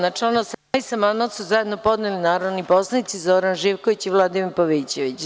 Na član 18. amandman su zajedno podneli narodni poslanici Zoran Živković i Vladimir Pavićević.